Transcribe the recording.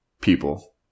people